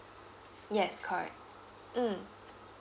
yes correct mm